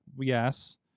Yes